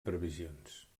previsions